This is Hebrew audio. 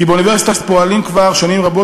כי באוניברסיטה פועלים כבר שנים רבות